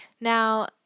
Now